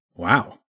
Wow